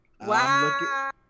Wow